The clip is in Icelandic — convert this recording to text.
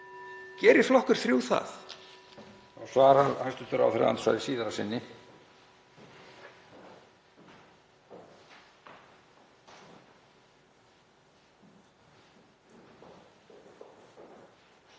Gerir flokkur þrjú það?